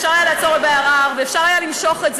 אפשר היה לעצור בערר ואפשר היה למשוך את זה